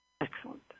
Excellent